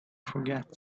forget